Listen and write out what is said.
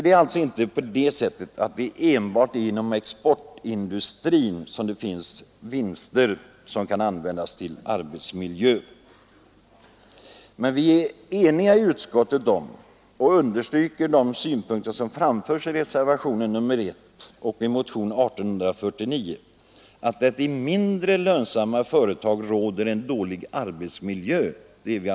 Det är alltså inte på det sättet att det enbart är företag inom exportindustrin som gör sådana vinster att de kan avsätta pengar till arbetsmiljöfonden. Vi är i utskottet eniga om och understryker de synpunkter som framförs i reservationen 1 och motionen 1849 att det i mindre lönsamma företag råder en dålig arbetsmiljö.